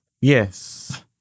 Yes